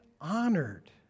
honored